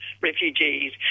refugees